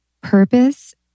purpose